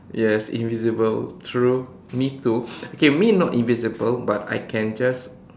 yes invisible true me too okay me not invisible but I can just